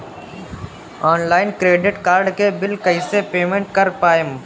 Online credit card के bill कइसे payment कर पाएम?